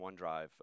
OneDrive